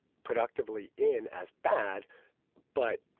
productively in as bad but